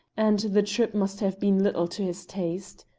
and the trip must have been little to his taste.